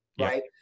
Right